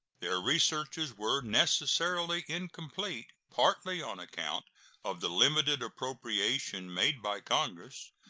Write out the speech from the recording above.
their researches were necessarily incomplete, partly on account of the limited appropriation made by congress.